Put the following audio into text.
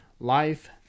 Life